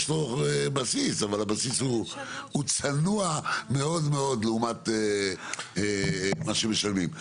יש לו בסיס, אבל הוא צנוע מאוד לעומת מה שמשלמים.